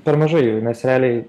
per mažai jų nes realiai